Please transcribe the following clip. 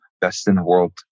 best-in-the-world